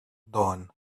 dawn